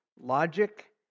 logic